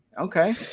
Okay